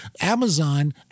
Amazon